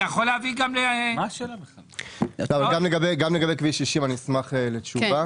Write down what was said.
וגם לגבי כביש 60 אשמח לקבל תשובה.